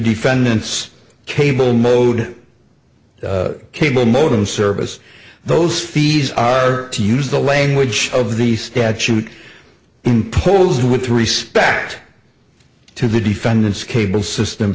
defendants cable modem cable modem service those fees are to use the language of the statute imposed with respect to the defendant's cable system